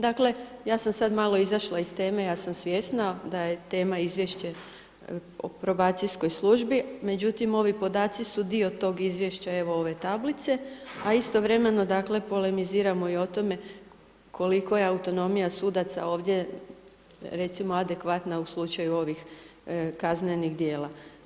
Dakle, ja sam sad malo izašla iz teme, ja sam svjesna da je tema Izvješće o probacijskoj službi, međutim ovi podaci su dio tog izvješća evo ove tablice a istovremeno dakle polemiziramo i o tome koliko je autonomija sudaca ovdje recimo adekvatna u slučaju ovih kaznenih djela.